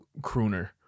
crooner